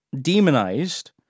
demonized